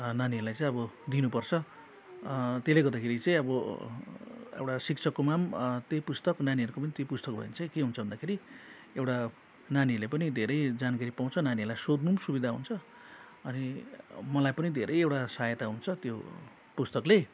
नानीहरूलाई चाहिँ अब दिनुपर्छ त्यसले गर्दाखेरि चाहिँ अब एउटा शिक्षककोमा पनि त्यही पुस्तक नानीहरूको पनि त्यही पुस्तक भयो भने चाहिँ के हुन्छ भन्दाखेरि एउटा नानीहरूले पनि धेरै जानकारी पाउँछ नानीहरूलाई सोध्नु पनि सुविधा हुन्छ अनि मलाई पनि धेरैवटा सहायता हुन्छ त्यो पुस्तकले